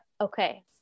okay